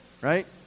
right